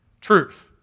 truth